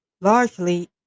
largely